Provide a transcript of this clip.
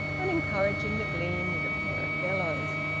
and encouraging the gleam with a pair of bellows.